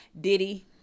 Diddy